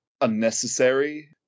unnecessary